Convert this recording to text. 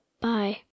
Bye